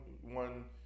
one